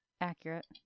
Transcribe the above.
Accurate